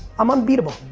i'm unbeatable,